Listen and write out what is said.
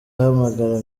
ahamagara